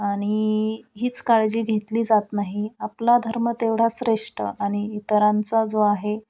आणि हीच काळजी घेतली जात नाही आपला धर्म तेवढा श्रेष्ठ आणि इतरांचा जो आहे